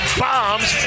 bombs